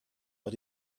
but